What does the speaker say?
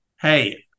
hey